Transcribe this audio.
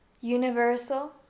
universal